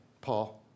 Paul